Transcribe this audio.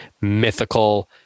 mythical